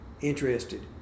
interested